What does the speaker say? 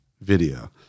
video